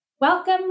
Welcome